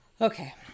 Okay